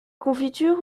confiture